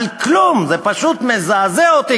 זה פשוט מזעזע אותי,